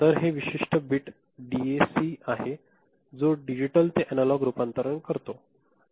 तर हे विशिष्ट बिट डीएसीआहे जो डिजिटल ते एनालॉग रूपांतरण करतो